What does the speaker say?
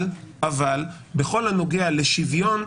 בכל הנוגע לשוויון,